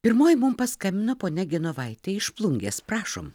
pirmoji mum paskambino ponia genovaitė iš plungės prašom